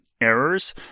errors